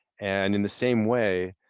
and in the same way,